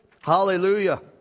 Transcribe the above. Hallelujah